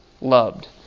loved